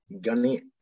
Gunny